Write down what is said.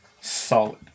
solid